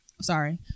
Sorry